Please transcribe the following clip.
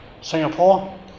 Singapore